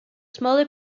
smaller